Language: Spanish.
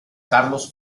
carlos